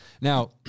Now